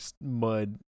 mud